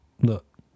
Look